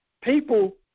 people